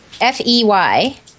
F-E-Y